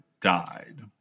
died